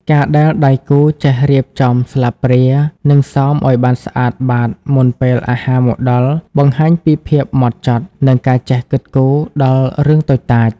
ការដែលដៃគូចេះរៀបចំស្លាបព្រា និងសមឱ្យបានស្អាតបាតមុនពេលអាហារមកដល់ បង្ហាញពីភាពហ្មត់ចត់ និងការចេះគិតគូរដល់រឿងតូចតាច។